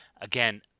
again